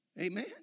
Amen